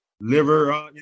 liver